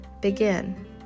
Begin